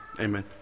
Amen